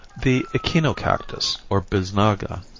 the echinocactus, or bisnaga,